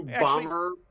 bomber